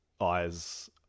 eyes